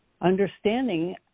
understanding